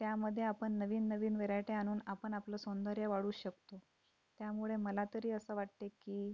त्यामध्ये आपण नवीन नवीन व्हरायटी आणून आपण आपलं सौंदर्य वाढवू शकतो त्यामुळे मला तरी असं वाटते की